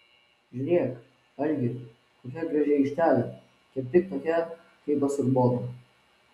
žiūrėk algi kokia graži aikštelė kaip tik tokia kaip pas urboną